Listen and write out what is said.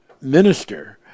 minister